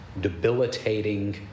debilitating